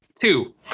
two